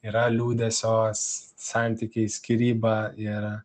yra liūdesio santykiai skyryba ir